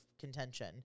contention